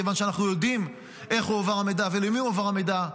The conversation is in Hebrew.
כיוון שאנחנו יודעים איך הועבר המידע ולמי הועבר המידע.